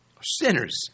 sinners